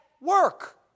work